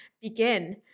begin